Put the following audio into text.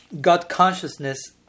God-consciousness